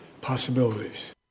Possibilities